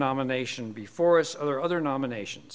nomination before us other other nomination